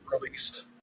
released